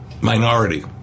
minority